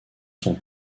sont